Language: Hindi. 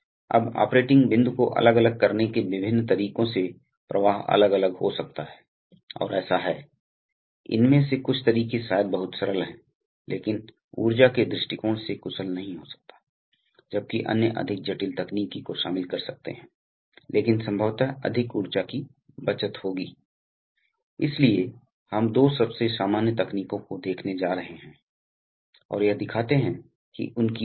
वापस अब यह न्यूमेटिक्स के लिए आवश्यक नहीं है क्योंकि आप उपयोग कर रहे हैं जब आप हवा का उपयोग कर रहे हैं जो कि ज्यादातर मामला है क्योंकि आप सीधे काम के स्थान पर इसे सीधे वायुमंडल में समाप्त कर सकते हैं और इसलिए आप ट्यूबिंग से आधा लागत बचाते हैं इसलिए कि यह बहुत अधिक है एक और कारण है कि न्यूमेटिक्स आमतौर पर बाहर की तुलना में सस्ता हो जाता है आप विद्युत सक्रियण या हाइड्रोलिक्स सक्रियण जानते हैं